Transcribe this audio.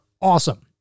awesome